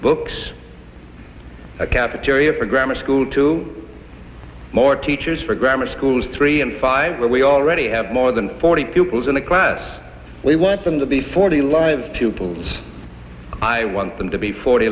books a cafeteria for grammar school to more teachers for grammar schools three and five where we already have more than forty pupils in a class we want them to be forty lives tuples i want them to be forty